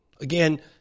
Again